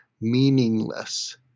meaningless